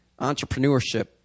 entrepreneurship